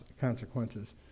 consequences